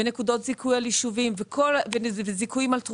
על יישובים או על תרומות.